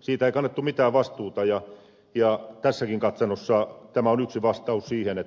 siitä ei kannettu mitään vastuuta ja tässäkin katsannossa tämä on yksi vastaus siihen